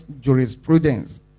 jurisprudence